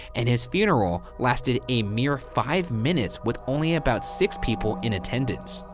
and his funeral lasted a mere five minutes with only about six people in attendance.